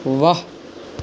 ਵਾਹ